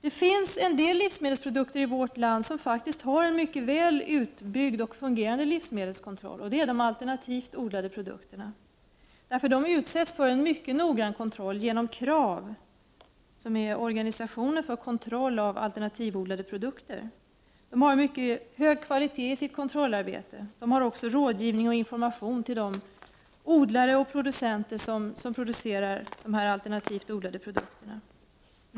Det finns en del livsmedelsprodukter i vårt land för vilka det finns en mycket väl utbyggd och fungerande livsmedelskontroll, nämligen de alternativt odlade produkterna. De utsätts för en mycket noggrann kontroll genom KRAV som är en organisation som skall kontrollera alternativodlade produkter. Organisationen har en mycket hög kvalitet på sitt kontrollarbete. Den bedriver också rådgivning och information till odlare och producenter av dessa alternativt odlade produkter.